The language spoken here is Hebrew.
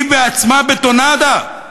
היא בעצמה בטונדה.